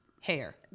hair